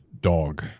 dog